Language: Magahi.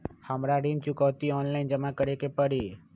हमरा ऋण चुकौती ऑनलाइन जमा करे के परी?